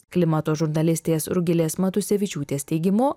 klimato žurnalistės rugilės matusevičiūtės teigimu